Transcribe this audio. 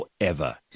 forever